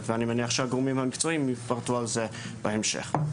ואני מניח שהגורמים המקצועיים יפרטו על זה בהמשך.